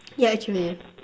yeah actually